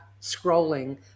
scrolling